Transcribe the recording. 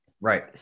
Right